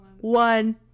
one